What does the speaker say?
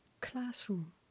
classroom